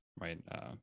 right